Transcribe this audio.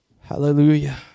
Hallelujah